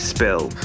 Spill